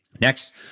next